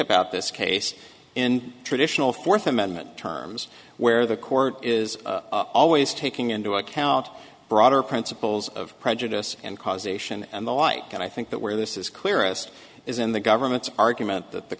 about this case in traditional fourth amendment terms where the court is always taking into account broader principles of prejudice and causation and the like and i think that where this is clearest is in the government's argument that the